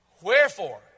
Wherefore